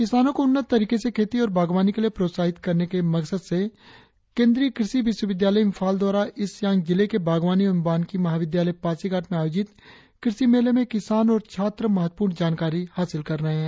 किसानों को उन्नत तरीके से खेती और बागवानी के लिए प्रोत्साहित करने के मकसद से केंद्रीय कृषि विश्वविद्यालय इंफाल द्वारा ईस्ट सियांग जिले के बागवानी एवं वानिकी महाविद्यालय पासीघाट में आयोजित कृषि मेले में किसान और छात्र महत्वपूर्ण जानकारी हासिल कर रहे है